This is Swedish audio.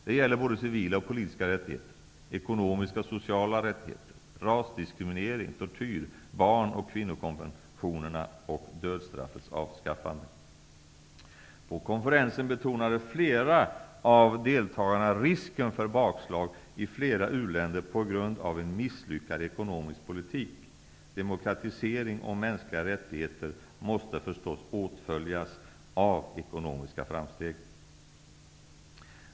Det gäller både civila och politiska rättigheter, ekonomiska och sociala rättigheter, rasdiskriminering, tortyr, barn och kvinnokonventionerna och dödsstraffets avskaffande. På konferensen betonade flera av deltagarna risken för bakslag i u-länder på grund av en misslyckad ekonomisk politik. Demokratisering och mänskliga rättigheter måste självfallet åtföljas av ekonomiska framsteg.